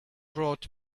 brought